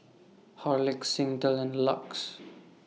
Horlicks Singtel and LUX